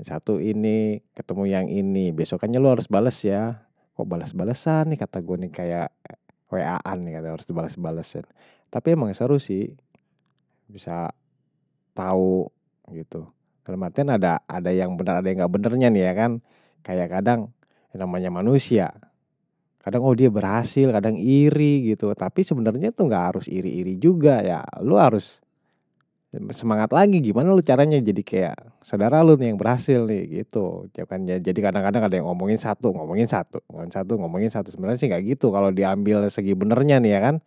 Satu ini, ketemu yang ini, besokannya lu harus bales ya. Kok bales-balesan nih, kata gue nih, kayak wa-an nih, kata gue harus dibales-balesin. Tapi emang seharusnya sih, bisa tahu gitu. Kalau maksudnya ada yang nggak benernya nih, ya kan. Kayak kadang namanya manusia, kadang oh dia berhasil, kadang iri, gitu. Tapi sebenarnya tuh nggak harus iri-iri juga, ya. Lu harus semangat lagi. Gimana lu caranya jadi kayak saudara lu yang berhasil nih, gitu. Jadi kadang-kadang ada yang ngomongin satu, ngomongin satu, ngomongin satu, ngomongin satu. Sebenarnya sih nggak gitu, kalau diambil segi benernya nih, ya kan.